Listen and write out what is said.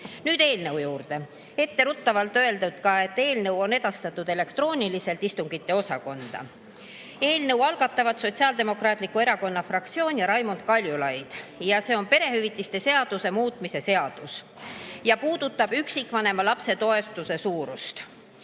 eelnõu juurde. Etteruttavalt olgu öeldud, et eelnõu on edastatud elektrooniliselt istungiosakonda. Eelnõu algatavad Sotsiaaldemokraatliku Erakonna fraktsioon ja Raimond Kaljulaid ning see on perehüvitiste seaduse muutmise seadus, mis puudutab üksikvanema lapse toetuse suurust.